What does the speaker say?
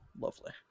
lovely